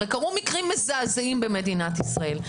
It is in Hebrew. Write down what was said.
הרי קרו מקרים מזעזעים במדינת ישראל.